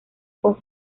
con